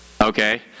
Okay